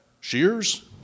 shears